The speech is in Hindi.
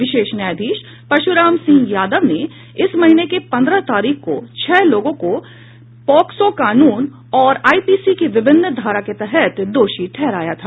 विशेष न्यायाधीश परशुराम सिंह यादव ने इस महीने के पन्द्रह तारीख को छह लोगों को पोक्सो कानून और दंड संहिता के तहत दोषी ठहराया था